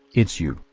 it's you,